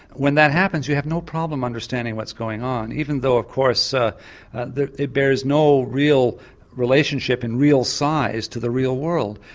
when that happens you have no problem understanding what's going on even though of course ah it bears no real relationship in real size to the real world.